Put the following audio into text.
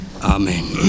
Amen